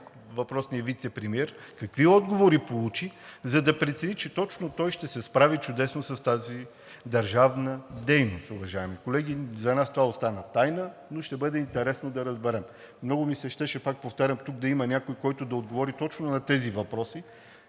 въпросния вицепремиер, какви отговори получи, за да прецени, че точно той ще се справи чудесно с тази държавна дейност, уважаеми колеги. За нас това остана тайна, но ще бъде интересно да разберем, пак повтарям, тук да има някой, който да отговори точно на тези въпроси,